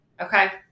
Okay